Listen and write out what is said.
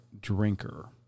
drinker